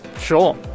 Sure